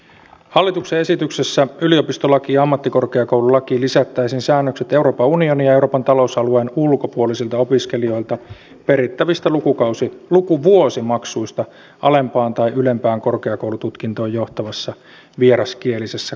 hallituksen esityksessä yliopistolakiin ja ammattikorkeakoululakiin lisättäisiin säännökset euroopan unionin ja euroopan talousalueen ulkopuolisilta opiskelijoilta perittävistä lukuvuosimaksuista alempaan tai ylempään korkeakoulututkintoon johtavassa vieraskielisessä koulutuksessa